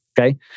Okay